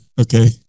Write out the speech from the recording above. Okay